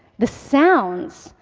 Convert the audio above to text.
the sounds,